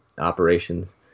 operations